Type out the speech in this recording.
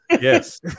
yes